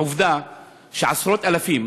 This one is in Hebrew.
עובדה שעשרות אלפים,